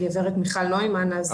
הגברת מיכל נוימן.